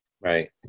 Right